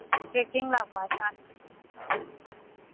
trekking ꯂꯥꯛꯄ ꯍꯥꯏ ꯇꯥꯔꯦ